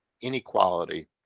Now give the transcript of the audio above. Inequality